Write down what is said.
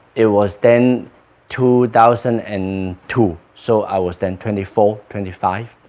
it was then two thousand and two so i was then twenty four twenty five